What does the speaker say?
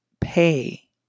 pay